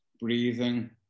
breathing